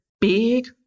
big